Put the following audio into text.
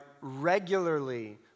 regularly